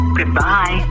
Goodbye